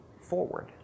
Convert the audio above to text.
forward